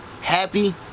happy